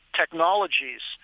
technologies